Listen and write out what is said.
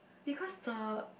because the